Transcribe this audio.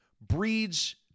breeds